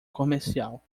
comercial